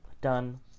done